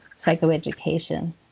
psychoeducation